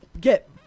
get